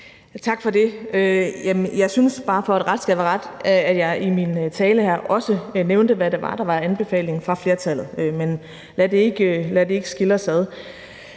Tak for det. Jeg synes bare, for at ret skal være ret, at jeg i min tale her også nævnte, hvad det var, der var anbefalingen fra flertallets side. Men lad det ikke skille os ad.